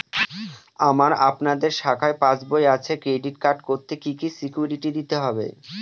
আমার আপনাদের শাখায় পাসবই আছে ক্রেডিট কার্ড করতে কি কি সিকিউরিটি দিতে হবে?